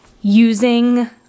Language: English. using